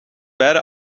beide